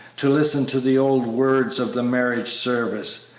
to listen to the old words of the marriage service.